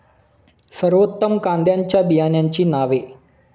सर्वोत्तम कांद्यांच्या बियाण्यांची नावे?